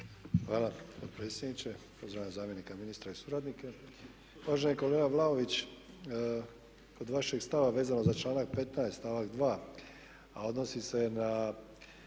Hvala predsjedniče. Pozdravljam zamjenika ministra i suradnike. Uvaženi kolega Vlaović kod vašeg stava vezano za članak 15. stavak 2. a odnosi se na